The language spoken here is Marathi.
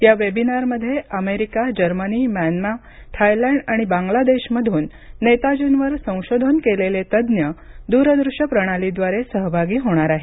या वेबीनारमध्ये अमेरिका जर्मनी म्यानमार थायलंड आणि बांग्लादेशमधून नेताजींवर संशोधन केलेले तज्ञ दुरदृश्य प्रणालीद्वारे सहभागी होणार आहेत